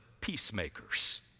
peacemakers